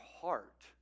heart